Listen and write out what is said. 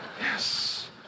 Yes